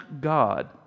God